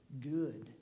good